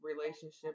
relationship